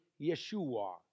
Yeshua